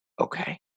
okay